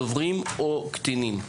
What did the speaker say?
דוברים או קטינים.